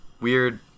weird